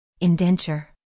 Indenture